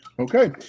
Okay